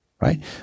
right